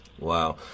Wow